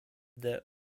their